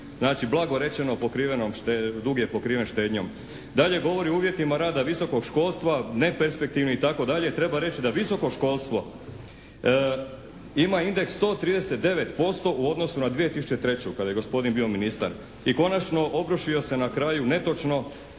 znači blago rečeno dug je pokriven štednjom. Dalje govori o uvjetima rada visokog školstva neperspektivni itd. Treba reći da visoko školstvo ima indeks 139% u odnosu na 2003. kada je gospodin bio ministar. I konačno obrušio se na kraju netočno